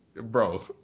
bro